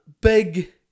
big